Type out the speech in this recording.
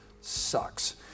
sucks